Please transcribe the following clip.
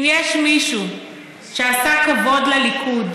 אם יש מישהו שעשה כבוד לליכוד